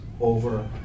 over